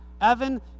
Evan